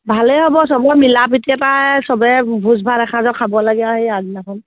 ভালেই হ'ব চবৰে মিলা প্ৰিতি এটাৰে চবেই ভোজ ভাত এসাঁজো খাব লাগে আৰু সেই আগদিনাখন